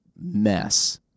mess